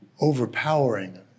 overpowering